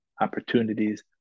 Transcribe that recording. opportunities